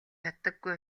чаддаггүй